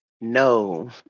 No